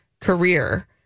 career